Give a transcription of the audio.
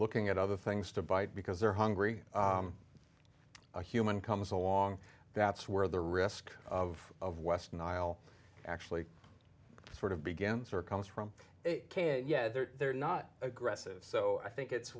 looking at other things to bite because they're hungry a human comes along that's where the risk of of west nile actually sort of begins or comes from can't yeah they're not aggressive so i think it's